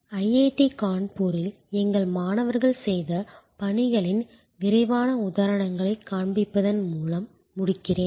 IIT கான்பூரில் எங்கள் மாணவர்கள் செய்த பணிகளின் விரைவான உதாரணங்களைக் காண்பிப்பதன் மூலம் முடிக்கிறேன்